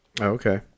Okay